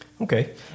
Okay